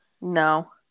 No